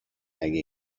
اگه